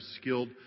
skilled